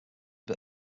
bit